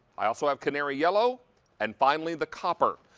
i also have canary yellow and finally, the copper.